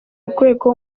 rwego